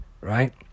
right